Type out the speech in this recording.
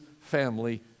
family